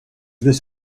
this